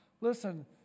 Listen